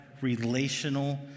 relational